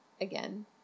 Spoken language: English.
again